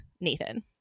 Nathan